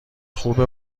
خوبه